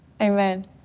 Amen